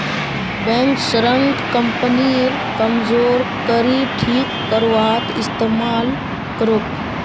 bank ऋणक कंपनीर कमजोर कड़ी ठीक करवात इस्तमाल करोक